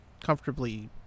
comfortably